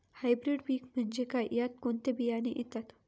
Hybrid पीक म्हणजे काय? यात कोणते बियाणे येतात?